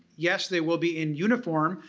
yes they will be in uniform,